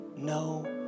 No